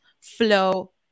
flow